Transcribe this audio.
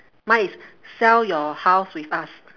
mine is sell your house with us